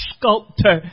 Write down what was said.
sculptor